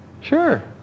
Sure